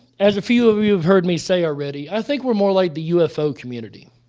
as a few of you have heard me say already, i think we're more like the ufo community.